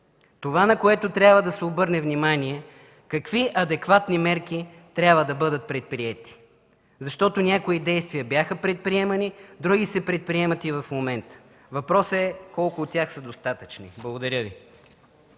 Това, на което трябва да се обърне внимание, е какви адекватни мерки трябва да бъдат предприети, защото някои действия бяха предприемани, други се предприемат и в момента. Въпросът е колко от тях са достатъчни? Благодаря Ви.